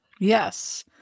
Yes